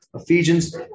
Ephesians